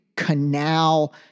canal